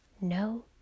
no